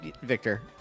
Victor